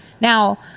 Now